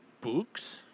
Books